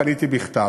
פניתי בכתב,